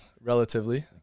relatively